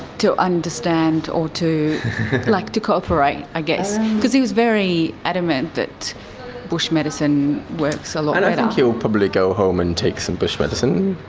to understand or to like to co-operate i guess? because he was very adamant that bush medicine works a so and and he will probably go home and take some bush medicine.